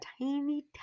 tiny